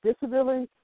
disability